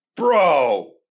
Bro